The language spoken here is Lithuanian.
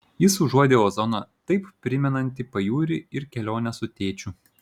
jis užuodė ozoną taip primenantį pajūrį ir keliones su tėčiu